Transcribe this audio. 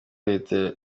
leta